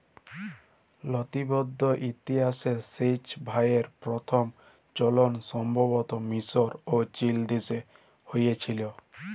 লতিবদ্ধ ইতিহাসে সেঁচ ভাঁয়রের পথম চলল সম্ভবত মিসর এবং চিলদেশে হঁয়েছিল